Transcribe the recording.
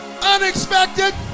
Unexpected